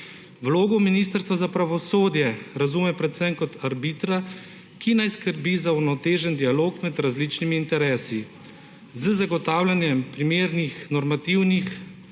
Vlogo ministrstva za pravosodje razume predvsem kot arbitra, ki naj skrbi za uravnotežen dialog med različnimi interesi. Z zagotavljanjem primerih normativnih